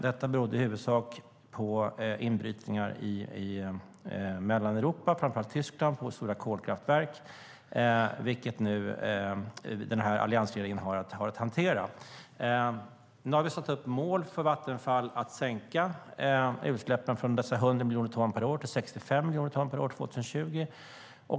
Detta berodde i huvudsak på inbrytningar i Mellaneuropa, framför allt Tyskland, i stora kolkraftverk, vilket nu alliansregeringen har att hantera. Nu har vi satt upp mål för Vattenfall att sänka utsläppen från dessa 100 miljoner ton per år till 65 miljoner ton per år till 2020.